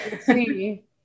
see